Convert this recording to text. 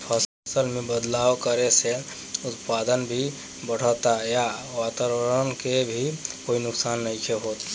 फसल में बदलाव करे से उत्पादन भी बढ़ता आ वातवरण के भी कोई नुकसान नइखे होत